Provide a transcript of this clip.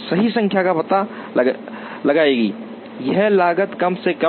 सही संख्या का पता लगाएगी यह लागत कम से कम है